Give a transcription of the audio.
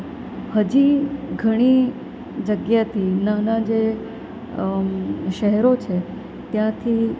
હજી ઘણી જગ્યાથી નાનાં જે શહેરો છે ત્યાંથી